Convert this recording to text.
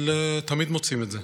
אבל תמיד מוצאים את זה: